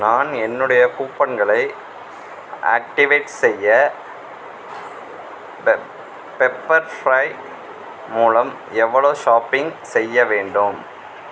நான் என்னுடைய கூப்பன்களை ஆக்டிவேட் செய்ய பெப் பெப்பர் ஃப்ரை மூலம் எவ்வளோ ஷாப்பிங் செய்ய வேண்டும்